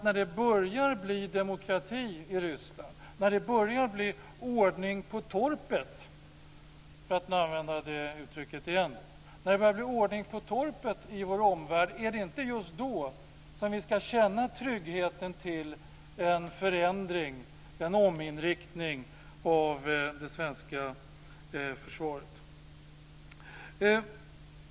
När det börjar bli demokrati i Ryssland, när det börjar bli ordning på torpet - för att använda det uttrycket igen - i vår omvärld, är det inte just då som vi ska känna tryggheten till att göra en förändring, en ominriktning av det svenska försvaret?